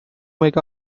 make